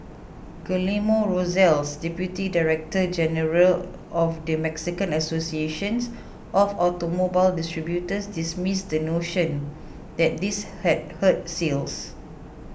Guillermo Rosales Deputy Director General of the Mexican associations of Automobile Distributors dismissed the notion that this had hurt sales